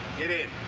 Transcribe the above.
get in.